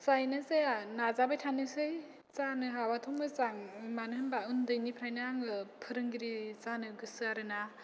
जायोना जाया नाजाबाय थानोसै जानो हाब्लाथ' मोजां मानोहोनबा उन्दैनिफ्रायनो आङो फोरोंगिरि जानो गोसो आरोना